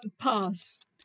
Pass